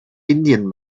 indian